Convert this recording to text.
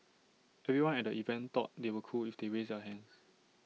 everyone at the event thought they were cool if they raised their hands